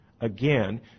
again